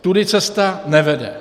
Tudy cesta nevede.